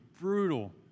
brutal